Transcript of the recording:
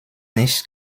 nichts